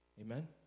Amen